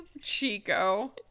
Chico